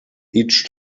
each